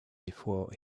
before